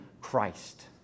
Christ